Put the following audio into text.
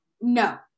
no